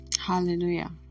Hallelujah